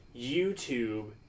YouTube